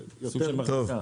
טוב.